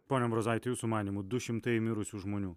pone ambrozaiti jūsų manymu du šimtai mirusių žmonių